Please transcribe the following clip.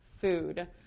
food